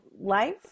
life